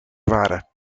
waren